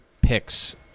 picks